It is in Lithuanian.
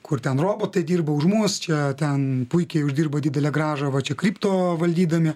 kur ten robotai dirba už mus čia ten puikiai uždirba didelę grąžą va čia kripto valdydami